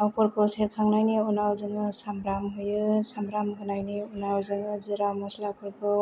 थाव फोरखौ सेरखांनायनि उनाव जोङो सामब्राम होयो सामब्राम होनायनि उनाव जोङो जिरा मस्लाफोरखौ